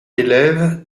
élève